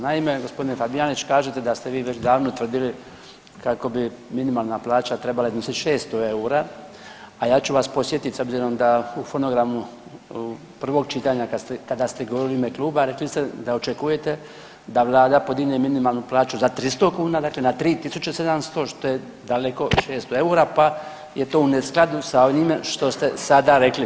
Naime, gospodine Fabijanić kažete da ste vi već davno tvrdili kako bi minimalna plaća trebala iznositi 600 EUR-a, a ja ću vas podsjetiti s obzirom da u fonogramu prvog čitanja kada ste govorili u ime kluba rekli ste da očekujete da vlada podigne minimalnu plaću za 300 kuna, dakle na 3.700 što je daleko od 600 EUR-a pa je to u neskladu s onim što ste sada rekli.